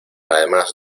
además